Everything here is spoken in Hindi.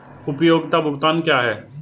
उपयोगिता भुगतान क्या हैं?